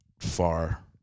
far